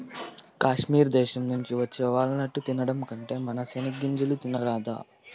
కాశ్మీర్ దేశం నుంచి వచ్చే వాల్ నట్టు తినడం కంటే మన సెనిగ్గింజలు తినరాదా